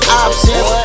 options